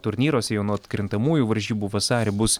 turnyruose jau nuo atkrintamųjų varžybų vasarį bus